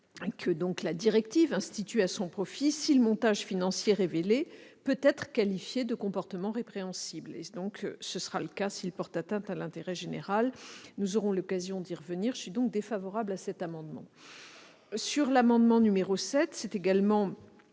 que la directive institue à son profit, si le montage financier révélé peut être qualifié de comportement répréhensible. Ce sera le cas s'il porte atteinte à l'intérêt général. Nous aurons l'occasion de revenir sur ce point. Je suis donc défavorable à cet amendement. L'avis est également